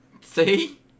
See